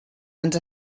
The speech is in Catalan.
ens